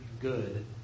good